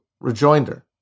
rejoinder